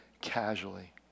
casually